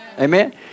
Amen